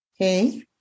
okay